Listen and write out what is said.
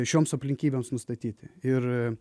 šioms aplinkybėms nustatyti ir